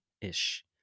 ish